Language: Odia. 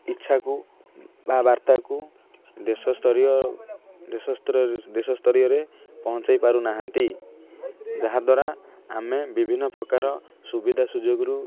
ଇଚ୍ଛାକୁ ବା ବାର୍ତ୍ତାକୁ ଦେଶ ସ୍ତରୀୟ ଦେଶ ସ୍ତରୀୟରେ ପହଞ୍ଚାଇ ପାରୁନାହାନ୍ତି ଯାହାଦ୍ୱାରା ଆମେ ବିଭିନ୍ନ ପ୍ରକାର ସୁବିଧା ସୁଯୋଗରୁ